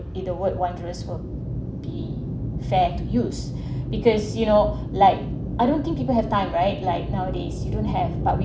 if the word wanderers would be fair to use because you know like I don't think people have time right like nowadays you don't have but with